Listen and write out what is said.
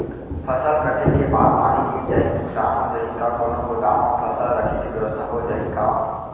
फसल कटे के बाद पानी गिर जाही, नुकसान हो जाही त कोनो गोदाम म फसल रखे के बेवस्था हो जाही का?